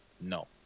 No